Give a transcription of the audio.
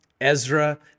ezra